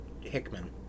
Hickman